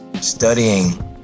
studying